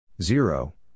Zero